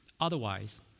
Otherwise